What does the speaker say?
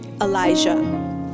Elijah